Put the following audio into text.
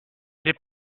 n’est